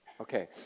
okay